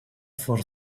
for